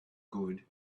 good